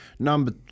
Number